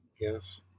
Yes